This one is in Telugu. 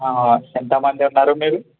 ఎంతమంది ఉన్నారు మీరు